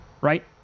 Right